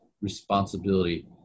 responsibility